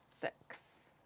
Six